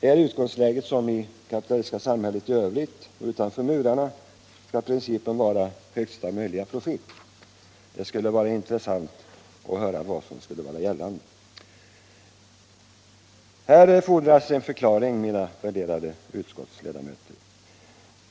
Är utgångsläget att principen skall vara densamma som i samhället i övrigt, utanför murarna, dvs. högsta möjliga profit? Det skulle vara intressant att höra vad man avser skulle vara gällande. Här fordras en förklaring, värderade utskottsledamöter.